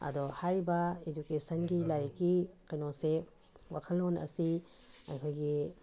ꯑꯗꯣ ꯍꯥꯏꯔꯤꯕ ꯏꯗꯨꯀꯦꯁꯟꯒꯤ ꯂꯥꯏꯔꯤꯛꯀꯤ ꯀꯩꯅꯣꯁꯦ ꯋꯥꯈꯜꯂꯣꯟ ꯑꯁꯤ ꯑꯩꯈꯣꯏꯒꯤ